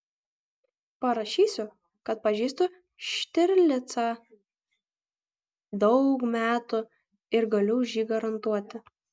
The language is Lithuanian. parašysiu kad pažįstu štirlicą daug metų ir galiu už jį garantuoti